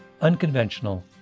unconventional